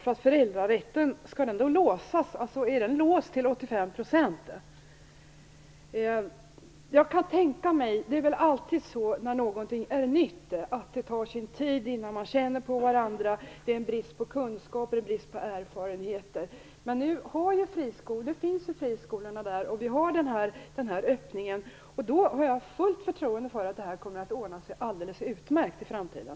Är föräldrarätten låst till När någonting är nytt tar det alltid sin tid innan man har känt på varandra. Det råder brist på kunskaper och erfarenheter. Men nu finns friskolor och nu har vi den här öppningen. Då har jag fullt förtroende för att detta kommer att ordna sig alldeles utmärkt i framtiden.